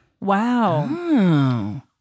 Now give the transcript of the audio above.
Wow